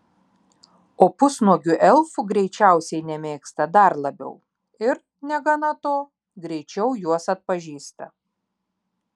o pusnuogių elfų greičiausiai nemėgsta dar labiau ir negana to greičiau juos atpažįsta